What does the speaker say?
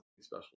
special